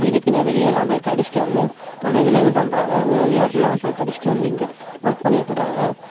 இதுக்குன்னே வெளிய எல்லாம் போய் படிச்சிவிட்டு வந்து நம்ம இதில் இது பண்ணுறாங்க இது வெளிநாட்லலாம் போய் படிச்சிவிட்டு வந்து இங்கே ஒர்க் பண்ணிகிட்டு இருக்காங்க